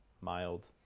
mild